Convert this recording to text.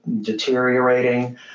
deteriorating